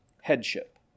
Headship